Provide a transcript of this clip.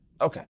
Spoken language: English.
Okay